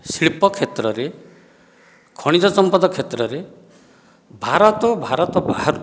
ଶିଳ୍ପ କ୍ଷେତ୍ରରେ ଖଣିଜ ସମ୍ପଦ କ୍ଷେତ୍ରରେ ଭାରତ ଓ ଭାରତ ବାହାରେ